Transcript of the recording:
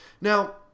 Now